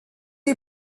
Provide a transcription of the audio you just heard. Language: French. est